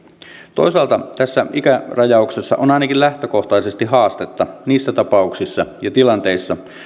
toisaalta tässä ikärajauksessa on ainakin lähtökohtaisesti haastetta niissä tapauksissa ja tilanteissa